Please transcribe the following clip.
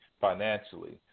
financially